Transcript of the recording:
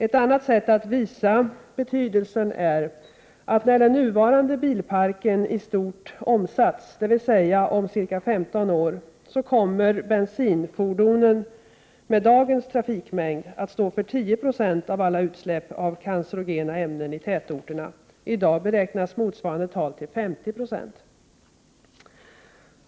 Ett annat sätt att visa betydelsen är, att när den nuvarande bilparken i stort omsatts, dvs. om ca 15 år, kommer bensinfordonen — med dagens trafikmängd — att stå för 10 96 av alla utsläpp av cancerogena ämnen i tätorterna. I dag beräknas motsvarande tal till 50 26.